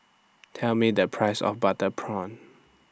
Tell Me The Price of Butter Prawn